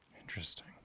Interesting